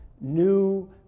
new